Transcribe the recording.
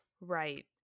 right